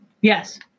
Yes